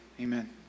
Amen